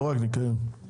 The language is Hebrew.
ולא רק לגבי חברות ניקיון.